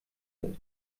wird